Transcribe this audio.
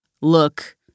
look